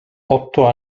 otto